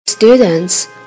Students